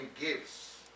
gifts